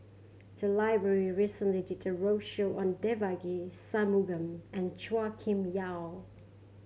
the library recently did a roadshow on Devagi Sanmugam and Chua Kim Yeow